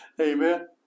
Amen